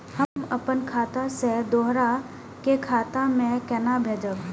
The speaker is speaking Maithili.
हम आपन खाता से दोहरा के खाता में केना भेजब?